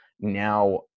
Now